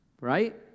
right